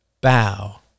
bow